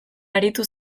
aritu